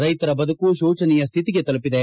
ರೈಶರ ಬದುಕು ಶೋಜನೀಯ ಶ್ಯಿತಿಗೆ ತಲುಪಿದೆ